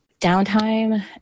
Downtime